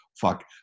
Fuck